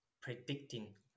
predicting